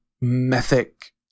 Mythic